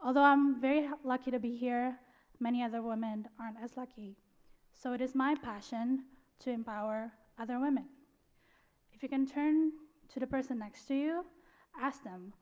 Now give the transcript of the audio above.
although um very how lucky to be here many other women aren't as lucky so it is my passion to empower other women if you can turn to the person next to you ask them